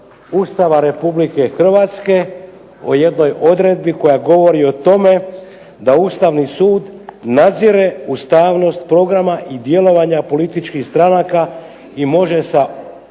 Ustava Republike Hrvatske o jednoj odredbi koja govori o tome da Ustavni sud nadzire ustavnost programa i djelovanja političkih stranaka i može u